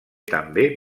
també